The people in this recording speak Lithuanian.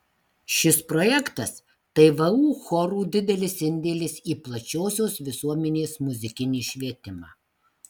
šis projektas tai vu chorų didelis indėlis į plačiosios visuomenės muzikinį švietimą